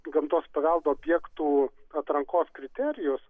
gamtos paveldo objektų atrankos kriterijus